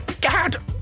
God